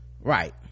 right